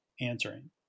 answering